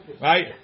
right